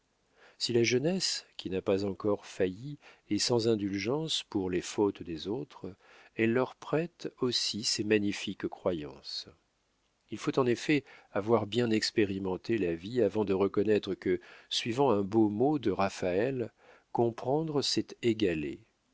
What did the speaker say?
si la jeunesse qui n'a pas encore failli est sans indulgence pour les fautes des autres elle leur prête aussi ses magnifiques croyances il faut en effet avoir bien expérimenté la vie avant de reconnaître que suivant un beau mot de raphaël comprendre c'est égaler